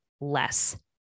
less